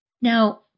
Now